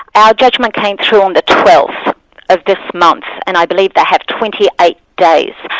our judgment came through on the twelfth of this month, and i believe they have twenty eight days.